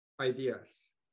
ideas